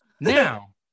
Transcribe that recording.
Now